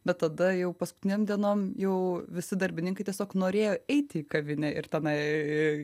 bet tada jau paskutinėm dienom jau visi darbininkai tiesiog norėjo eiti į kavinę ir tenai